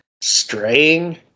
straying